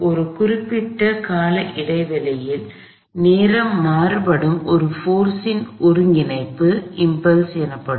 ஒரு குறிப்பிட்ட கால இடைவெளியில் நேரம் மாறுபடும் ஒரு போர்ஸ் இன் ஒருங்கிணைப்பு இம்பல்ஸ் எனப்படும்